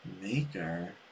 Maker